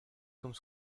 comme